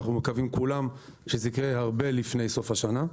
אנחנו מקווים כולם שזה יקרה הרבה לפני סוף השנה,